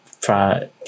try